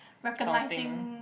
recognising